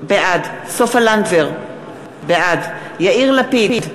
בעד סופה לנדבר, בעד יאיר לפיד,